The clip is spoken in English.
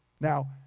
now